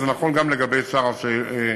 זה נכון גם לגבי שאר השאלות.